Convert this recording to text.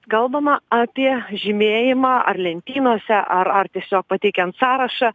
kalbama apie žymėjimą ar lentynose ar ar tiesiog pateikiant sąrašą